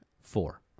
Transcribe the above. Four